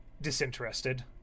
disinterested